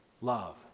Love